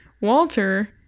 walter